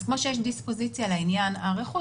אז כמו שיש דיספוזיציה לעניין הרכוש,